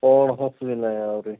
କଣ ଆହୁରି